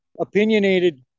opinionated